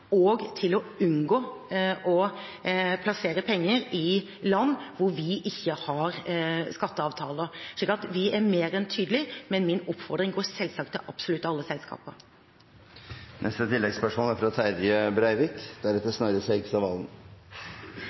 og til å unngå å plassere penger i land hvor vi ikke har skatteavtaler. Så vi er mer enn tydelige, men min oppfordring går selvsagt til absolutt alle selskaper.